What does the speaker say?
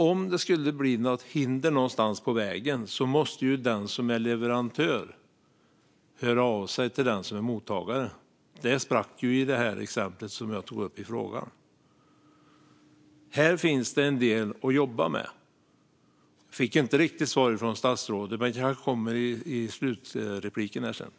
Om det skulle bli ett hinder på vägen måste den som är leverantör höra av sig till mottagaren. Det sprack i det exempel som jag tog upp i min fråga. Här finns en del att jobba med. Jag fick inte riktigt ett svar från statsrådet, men det kanske kommer ett svar i slutanförandet.